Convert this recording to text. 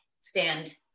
stand